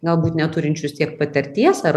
galbūt neturinčius tiek patirties ar